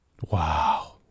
Wow